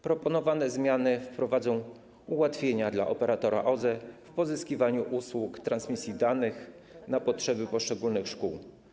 Proponowane zmiany wprowadzą ułatwienia dla operatora OSE w pozyskiwaniu usług transmisji danych na potrzeby poszczególnych szkół.